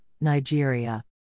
Nigeria